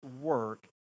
work